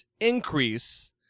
increase